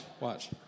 watch